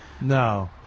no